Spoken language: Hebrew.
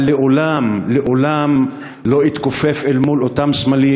אבל לעולם לעולם לא אתכופף אל מול אותם סמלים